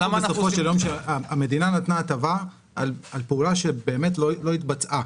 המדינה נתנה הטבה על פעולה שלא התבצעה.